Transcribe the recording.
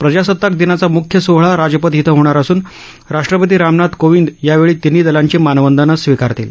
प्रजासत्ताक दिनाचा मुख्य सोहळा राजपथ इथं होणार असून राष्ट्रपती रामनाथ कोविंद यावेळी तिन्ही दलांची मानवंदना स्वीकारतील